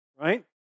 right